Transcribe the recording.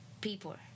people